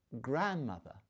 grandmother